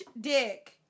dick